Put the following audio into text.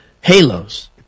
halos